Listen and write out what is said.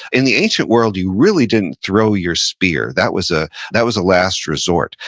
in the ancient world, you really didn't throw your spear. that was ah that was a last resort.